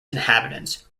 inhabitants